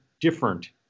different